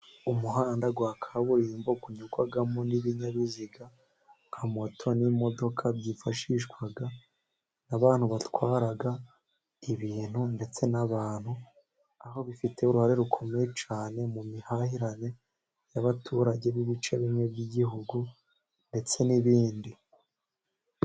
Umuhanda wa kaburimbo unyurwamo n'ibinyabiziga nka moto n'imodoka, byifashishwa abantu batwara ibintu ndetse n'abantu, aho bifite uruhare rukomeye, cyane mu mihahiranire y'abaturage b'ibice bimwe by'Igihugu ndetse n'ibindi.